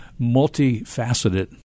multifaceted